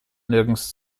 nirgends